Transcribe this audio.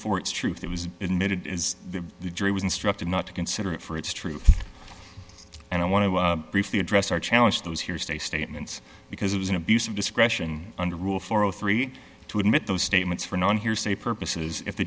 for its truth it was admitted as the jury was instructed not to consider it for its truth and i want to briefly address our challenge those here stay statements because it was an abuse of discretion under rule fluoro three to admit those statements for non hearsay purposes if the